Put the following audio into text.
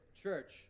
Church